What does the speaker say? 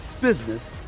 business